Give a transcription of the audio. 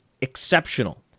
exceptional